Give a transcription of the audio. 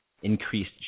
Increased